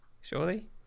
surely